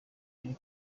yari